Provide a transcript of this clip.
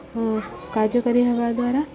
କାର୍ଯ୍ୟକାରୀ ହେବା ଦ୍ୱାରା